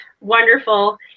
wonderful